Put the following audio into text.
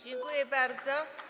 Dziękuję bardzo.